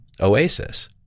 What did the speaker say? oasis